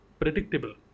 predictable